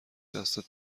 دستت